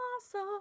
awesome